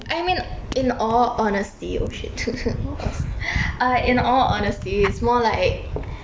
I mean in all honesty oh shit uh in all honesty is more like